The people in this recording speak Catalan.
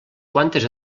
quantes